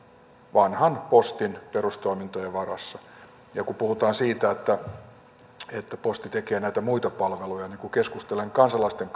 vanhan postin perustoimintojen varassa kun puhutaan siitä että posti tekee näitä muita palveluja niin kun keskustelen kansalaisten